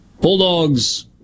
Bulldogs